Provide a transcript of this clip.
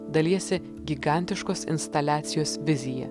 dalijasi gigantiškos instaliacijos vizija